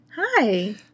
Hi